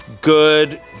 good